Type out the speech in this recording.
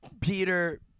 Peter